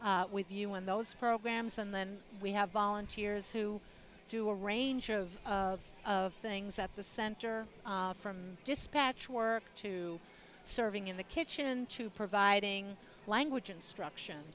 work with you when those programs and then we have volunteers who do a range of of things at the center from dispatch work to serving in the kitchen to providing language instruction